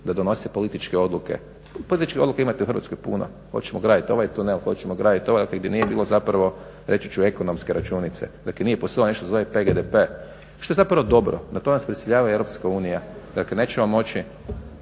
da donose političke odluke. Političke odluke imate u Hrvatskoj puno. Hoćemo gladiti ovaj tunel, hoćemo graditi onaj, gdje nije bilo zapravo reći ću ekonomske računice, dakle nije postojalo ništa što se zove PGDP što je zapravo dobro. Na to nas prisiljava Europska unija. Dakle nećemo moći